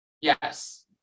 Yes